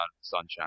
Sunshine